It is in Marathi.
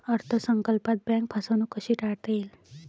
अर्थ संकल्पात बँक फसवणूक कशी टाळता येईल?